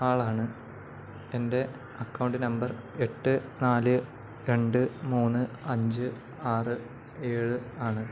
ആളാണ് എൻ്റെ account number എട്ട് നാല് രണ്ട് മൂന്ന് അഞ്ച് ആറ് ഏഴ് ആണ്